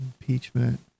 Impeachment